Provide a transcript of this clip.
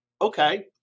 okay